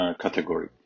category